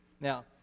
Now